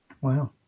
Wow